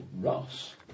Ross